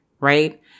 right